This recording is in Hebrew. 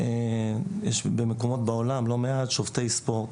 יש במקומות בעולם לא מעט שופטי ספורט,